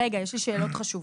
יש לי שאלות חשובות.